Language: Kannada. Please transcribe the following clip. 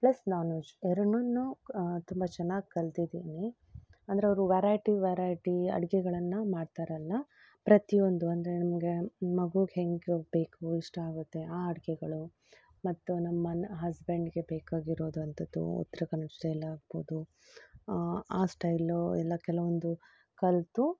ಪ್ಲಸ್ ನಾನ್ ವೆಜ್ ಎರಡೂನ್ನು ತುಂಬ ಚೆನ್ನಾಗಿ ಕಲ್ತಿದ್ದೀನಿ ಅಂದರೆ ಅವರು ವೆರೈಟಿ ವೆರೈಟಿ ಅಡುಗೆಗಳನ್ನ ಮಾಡ್ತಾರಲ್ಲ ಪ್ರತಿಯೊಂದು ಅಂದರೆ ನಮಗೆ ಮಗುಗೆ ಹೆಂಗೆ ಬೇಕು ಇಷ್ಟ ಆಗುತ್ತೆ ಆ ಅಡುಗೆಗಳು ಮತ್ತು ನಮ್ಮನ್ನ ಹಸ್ಬೆಂಡ್ಗೆ ಬೇಕಾಗಿರೋದು ಅಂಥದ್ದು ಉತ್ತರ ಕನ್ನಡ ಸ್ಟೈಲ್ ಆಗ್ಬೋದು ಆ ಸ್ಟೈಲು ಎಲ್ಲ ಕೆಲವೊಂದು ಕಲಿತು